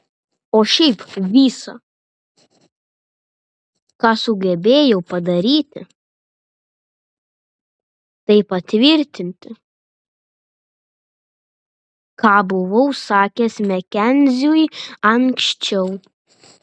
o šiaip visa ką sugebėjau padaryti tai patvirtinti ką buvau sakęs makenziui anksčiau